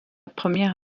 première